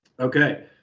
Okay